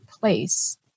place